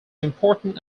important